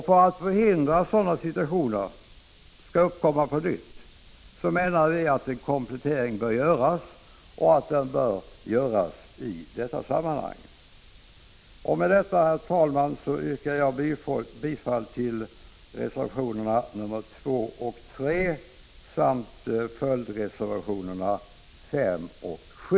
För att förhindra att sådana situationer skall uppkomma på nytt, menar vi att en komplettering bör göras och att den bör göras i detta sammanhang. Med detta, herr talman, yrkar jag bifall till reservationerna 2 och 3 samt till följdreservationerna 5 och 7.